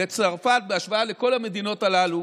לצרפת, בהשוואה לכל המדינות הללו